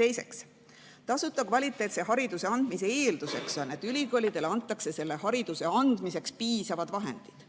Teiseks, tasuta kvaliteetse hariduse andmise eeldus on, et ülikoolidele antakse selle hariduse andmiseks piisavad vahendid.